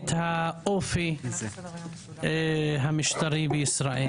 את האופי המשטרי בישראל,